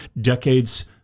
decades